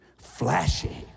flashy